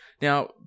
Now